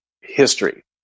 history